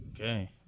Okay